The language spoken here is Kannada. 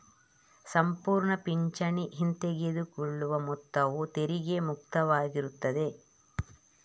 ಸಂಪೂರ್ಣ ಪಿಂಚಣಿ ಹಿಂತೆಗೆದುಕೊಳ್ಳುವ ಮೊತ್ತವು ತೆರಿಗೆ ಮುಕ್ತವಾಗಿರುತ್ತದೆ